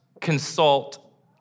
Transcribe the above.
consult